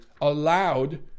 allowed